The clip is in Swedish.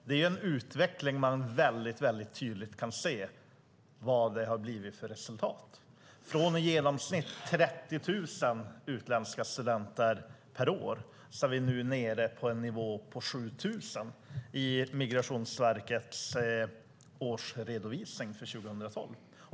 Det är en utveckling som man väldigt tydligt kan se resultatet av. Från i genomsnitt 30 000 utländska studenter per år är vi nu nere på 7 000 i Migrationsverkets årsredovisning för 2012.